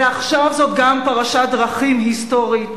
ועכשיו זו גם פרשת דרכים היסטורית,